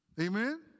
Amen